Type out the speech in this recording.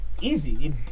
easy